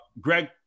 Greg